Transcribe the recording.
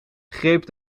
greep